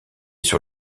sur